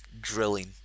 drilling